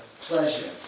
pleasure